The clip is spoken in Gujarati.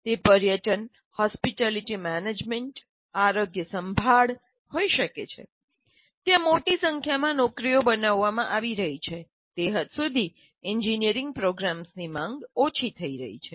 તે પર્યટન હોસ્પિટાલિટી મેનેજમેન્ટ આરોગ્ય સંભાળ તમે નામ આપશો હોઈ શકે છે ત્યાં મોટી સંખ્યામાં નોકરીઓ બનાવવામાં આવી રહી છે તે હદ સુધી એન્જિનિયરિંગ પ્રોગ્રામ્સની માંગ ઓછી થઈ રહી છે